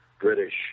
British